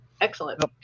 Excellent